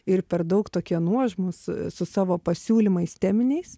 ir per daug tokie nuožmūs su savo pasiūlymais teminiais